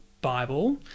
Bible